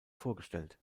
vorgestellt